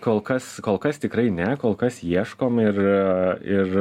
kol kas kol kas tikrai ne kol kas ieškom ir ir